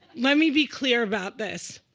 let me be clear about this.